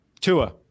Tua